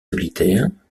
solitaires